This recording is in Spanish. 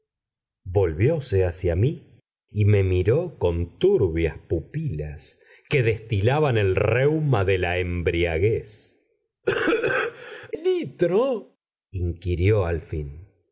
cuevas volvióse hacia mí y me miró con turbias pupilas que destilaban el reuma de la embriaguez nitro inquirió al fin